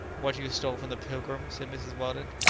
what you stole from the pilgrim? said mrs. weldon.